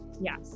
yes